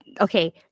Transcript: okay